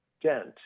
dent